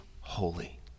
holy